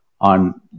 on